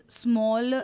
small